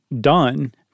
done